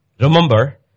remember